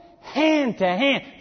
hand-to-hand